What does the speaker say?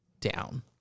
down